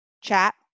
chat